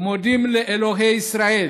ומודים לאלוהי ישראל